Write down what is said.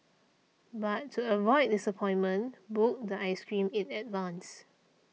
but to avoid disappointment book the ice cream in advance